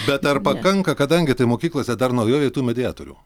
bet ar pakanka kadangi tai mokyklose dar naujovė tų mediatorių